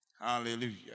Hallelujah